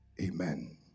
Amen